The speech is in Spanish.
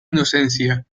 inocencia